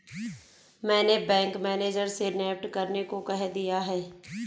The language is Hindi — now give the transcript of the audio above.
मैंने बैंक मैनेजर से नेफ्ट करने को कह दिया है